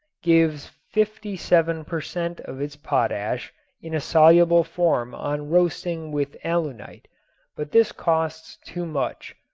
gives fifty-seven per cent. of its potash in a soluble form on roasting with alunite but this costs too much.